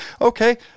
okay